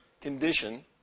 condition